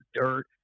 dirt